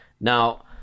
Now